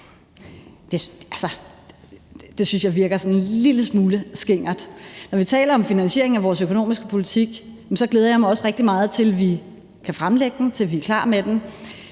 Det synes jeg lyder sådan en lille smule skingert. Når vi taler om finansieringen af vores økonomiske politik, glæder jeg mig også rigtig meget til, at vi kan fremlægge den, at vi er klar med den.